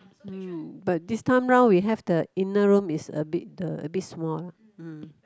mm but this time round we have the inner room is a bit the a bit small mm